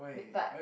but